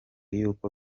y’uko